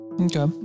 Okay